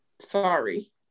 Sorry